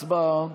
הצבעה.